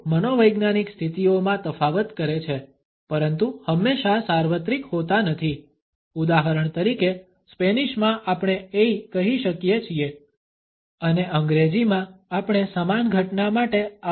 તેઓ મનોવૈજ્ઞાનિક સ્થિતિઓમાં તફાવત કરે છે પરંતુ હંમેશા સાર્વત્રિક હોતા નથી ઉદાહરણ તરીકે સ્પેનિશમાં આપણે એય કહી શકીએ છીએ અને અંગ્રેજીમાં આપણે સમાન ઘટના માટે આઉચ કહી શકીએ છીએ